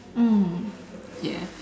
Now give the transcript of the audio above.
mm ya